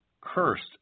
Cursed